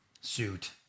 suit